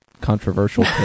controversial